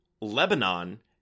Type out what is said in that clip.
Lebanon